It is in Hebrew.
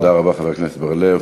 תודה רבה, חבר הכנסת בר-לב.